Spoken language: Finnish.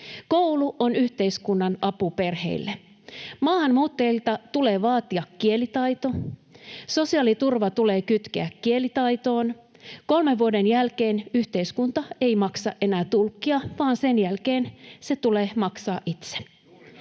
Koulu on yhteiskunnan apu perheille. Maahanmuuttajilta tulee vaatia kielitaito, sosiaaliturva tulee kytkeä kielitaitoon, kolmen vuoden jälkeen yhteiskunta ei maksa enää tulkkia, vaan sen jälkeen se tulee maksaa itse.